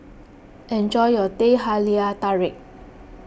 enjoy your Teh Halia Tarik